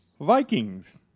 Vikings